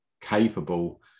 capable